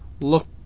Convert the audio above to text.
look